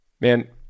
Man